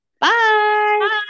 Bye